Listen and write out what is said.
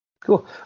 Cool